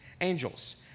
angels